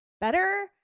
better